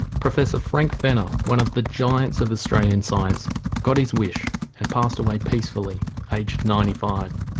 professor frank fenner one of the giants of australian science got his wish and passed away peacefully age ninety five.